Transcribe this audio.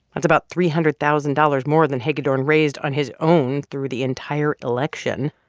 that's about three hundred thousand dollars more than hagedorn raised on his own through the entire election.